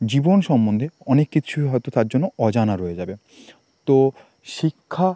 জীবন সম্বন্ধে অনেক কিছুই হয়তো তার জন্য অজানা রয়ে যাবে তো শিক্ষা